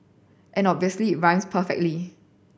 and obviously it rhymes perfectly